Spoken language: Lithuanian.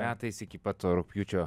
metais iki pat to rugpjūčio